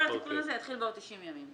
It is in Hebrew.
כל התיקון הזה יתחיל בעוד 90 ימים.